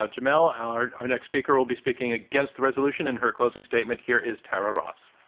ah jamelle. our our next speaker will be speaking against the resolution in her closing statement. here is tara ross.